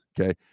Okay